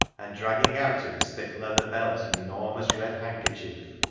and dragging out of his thick leather belt an enormous red handkerchief,